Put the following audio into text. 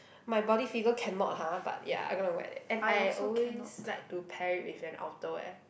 my body figure cannot !huh! but ya I gonna wear that and I always like to pair it with an outerwear